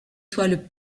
toiles